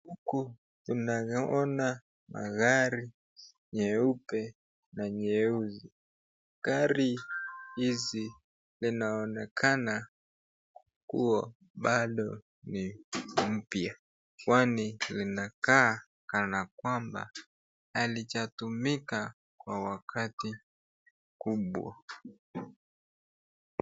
Huku tunaona magari nyeupe na nyeusi. Gari hizi zinaonekana kuwa bado ni mpya kwani linakaa kana kwamba halijatumika kwa wakati kubwa.